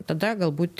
tada galbūt